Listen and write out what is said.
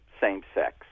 same-sex